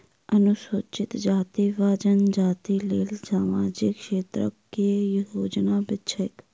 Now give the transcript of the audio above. अनुसूचित जाति वा जनजाति लेल सामाजिक क्षेत्रक केँ योजना छैक?